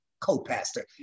co-pastor